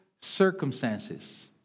circumstances